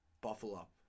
Buffalo